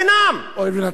הואיל ונתתי לאחרים,